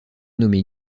nommé